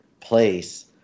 place